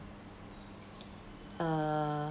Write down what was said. uh